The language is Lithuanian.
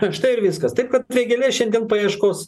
štai ir viskas tai kad vėgėlė šiandien paieškos